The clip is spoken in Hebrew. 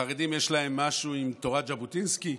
החרדים, יש להם משהו עם תורת ז'בוטינסקי?